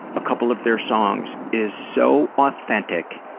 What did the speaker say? a couple of their songs is so authentic